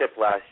last